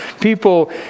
People